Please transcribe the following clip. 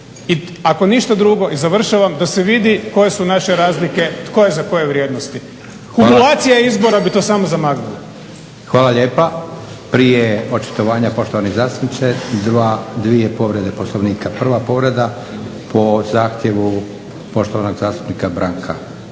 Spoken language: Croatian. ako ništa drugo, i završavam, da se vidi koje su naše razlike, tko je za koje vrijednosti. Kumulacija izbora bi to samo zamaglila. **Leko, Josip (SDP)** Hvala lijepa. Prije očitovanja poštovani zastupniče dva, dvije povrede Poslovnika. Prva povreda po zahtjevu poštovanog zastupnika Branka